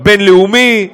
הבין-לאומי,